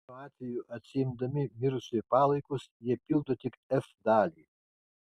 šiuo atveju atsiimdami mirusiojo palaikus jie pildo tik f dalį